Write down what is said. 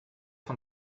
von